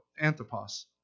anthropos